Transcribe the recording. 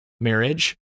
marriage